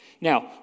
Now